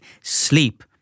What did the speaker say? sleep